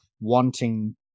wanting